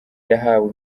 yahawe